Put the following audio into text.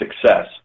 success